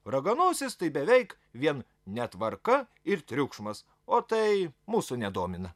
raganosis tai beveik vien netvarka ir triukšmas o tai mūsų nedomina